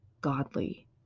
godly